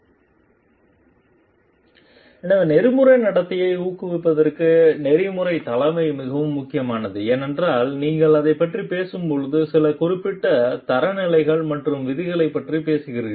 slide நேரம் 2905 பார்க்கவும் எனவே நெறிமுறை நடத்தையை ஊக்குவிப்பதற்கு நெறிமுறைத் தலைமை மிகவும் முக்கியமானது ஏனென்றால் நீங்கள் அதைப் பற்றிப் பேசும்போது சில குறிப்பிட்ட தரநிலைகள் மற்றும் விதிகளைப் பற்றி பேசுகிறார்கள்